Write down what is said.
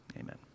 Amen